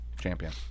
Champion